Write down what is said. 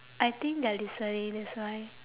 I think they're listening that's why